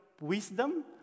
wisdom